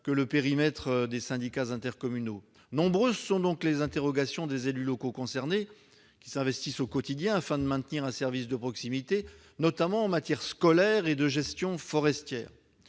que le périmètre des syndicats intercommunaux. Nombreuses sont donc les interrogations des élus locaux concernés, qui s'investissent au quotidien afin de maintenir un service de proximité, notamment en matière scolaire et de gestion forestière.